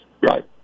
right